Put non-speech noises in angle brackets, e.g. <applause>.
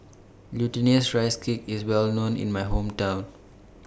Glutinous Rice Cake IS Well known in My Hometown <noise>